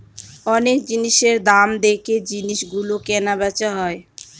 অনেক জিনিসের দাম দেখে জিনিস গুলো কেনা বেচা হয়